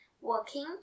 working